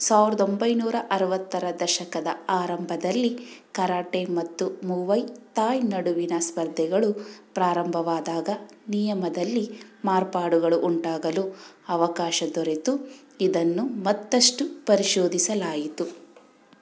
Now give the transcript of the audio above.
ಸಾವಿರದೊಂಬೈನೂರ ಅರವತ್ತರ ದಶಕದ ಆರಂಭದಲ್ಲಿ ಕರಾಟೆ ಮತ್ತು ಮೂವೈ ಥಾಯ್ ನಡುವಿನ ಸ್ಪರ್ಧೆಗಳು ಪ್ರಾರಂಭವಾದಾಗ ನಿಯಮದಲ್ಲಿ ಮಾರ್ಪಾಡುಗಳು ಉಂಟಾಗಲು ಅವಕಾಶ ದೊರೆತು ಇದನ್ನು ಮತ್ತಷ್ಟು ಪರಿಶೋಧಿಸಲಾಯಿತು